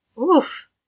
oof